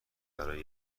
برای